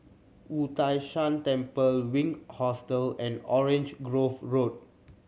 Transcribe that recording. Wu Tai Shan Temple Wink Hostel and Orange Grove Road